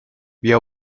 بیا